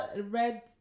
red